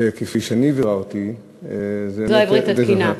כפי שאני ביררתי, זה, זו העברית התקינה.